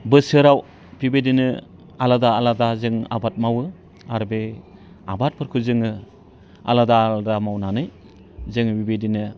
बोसोराव बिबायदिनो आलादा आलादा जों आबाद मावो आरो बे आबादफोरखौ जोङो आलादा आलादा मावनानै जोङो बेबायदिनो